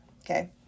Okay